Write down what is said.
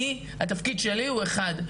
התפקיד שלי הוא אחד,